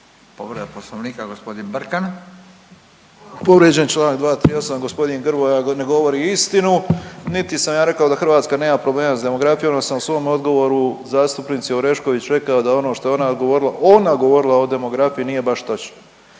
Povrijeđen je Članak 238., gospodin Grmoja ne govori istinu. Niti sam ja rekao da Hrvatska nema problema s demografijom odnosno u svom odgovoru zastupnici Orešković rekao da ono što je ona odgovorila, ona govorila o demografiji nije baš točno,